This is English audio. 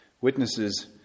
witnesses